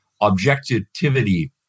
objectivity